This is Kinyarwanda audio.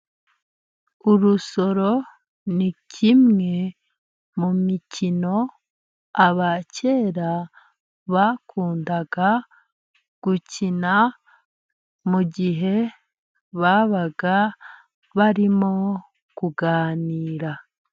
Urusoro ni kimwe mu mikino abakera bakundaga gukina, mu gihe babaga barimo kuganira.